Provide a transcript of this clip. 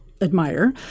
admire